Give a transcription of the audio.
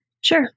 sure